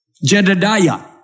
Jedidiah